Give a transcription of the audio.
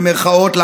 במירכאות,